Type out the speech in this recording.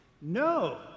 No